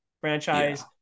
franchise